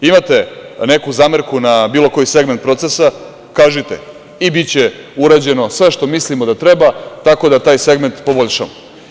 Imate neku zamerku na bilo koji segment procesa - kažite i biće urađeno sve što mislimo da treba, tako da taj segment poboljšamo.